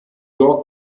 york